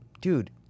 dude